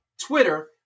Twitter